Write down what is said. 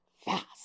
fast